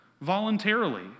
voluntarily